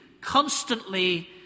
constantly